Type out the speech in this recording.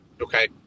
okay